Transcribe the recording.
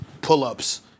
pull-ups